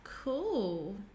cool